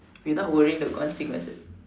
without worrying the consequences